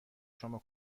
شما